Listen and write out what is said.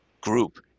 group